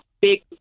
big